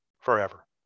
forever